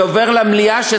זה עובר למליאה,